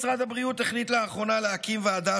משרד הבריאות החליט לאחרונה להקים ועדה